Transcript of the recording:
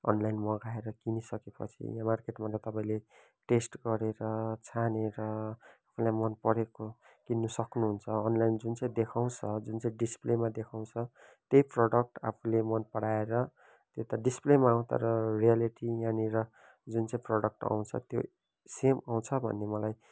online मगाएर किनिसके पछि यो मार्केटमा त तपाईँले टेस्ट गरेर छानेर तपाईँलाई मनपरेको किन्नसक्नु हुन्छ अनलाइन जुन चाहिँ देखाउँछ जुन चाहिँ डिसप्लेमा देखाउँछ त्यो प्रडक्ट आफूले मनपराएर त्यो त डिसप्लेमा हो तर रियलिटी यहाँनिर जुन चाहिँ प्रडक्ट आउँछ त्यो सेम आउँछ भन्ने मलाई